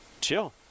chill